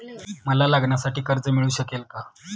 मला लग्नासाठी कर्ज मिळू शकेल का?